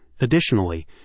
Additionally